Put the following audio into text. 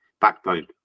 backbone